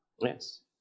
Yes